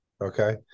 Okay